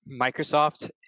Microsoft